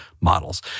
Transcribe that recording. models